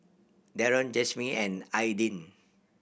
Daron Jimmie and Aidyn